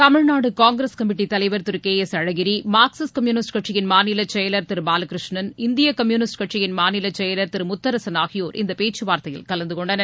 Tamil Nadu Congress committee தலைவர் திரு K S Alagiri Marxist Communist கட்சியின் மாநிலத் செயலர் திரு பாலகிருஷ்ணன் இந்திய கம்யூனிஸ்ட் கட்சியின் மாநில செயலர் திரு முத்தரசன் ஆகியோர் இந்த பேச்சுவார்த்தைகளில் கலந்துகொண்டனர்